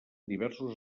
diversos